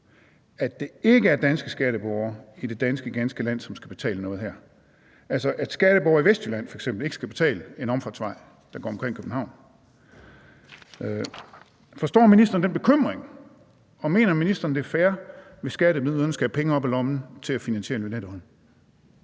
at det ikke er danske skatteborgere i det ganske danske land, som skal betale noget her, altså at skatteborgere i Vestjylland f.eks. ikke skal betale en omfartsvej, der går omkring København? Forstår ministeren den bekymring, og mener ministeren, at det er fair, hvis skatteyderne skal have penge op af lommen til at finansiere Lynetteholmen?